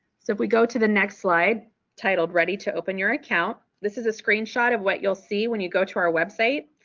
so if we go to the next slide titled ready to open your account? this is a screenshot of what you'll see when you go to our website.